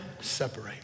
separate